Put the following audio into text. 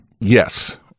Yes